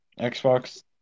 Xbox